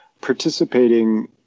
participating